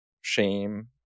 shame